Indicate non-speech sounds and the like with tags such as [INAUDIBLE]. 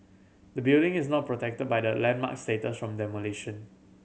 the building is not protected by the landmark status from the [UNINTELLIGIBLE]